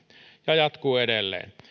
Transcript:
ja jatkuu edelleen